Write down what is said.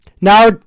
now